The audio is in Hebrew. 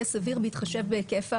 בהתחשב בהיקף העבודה.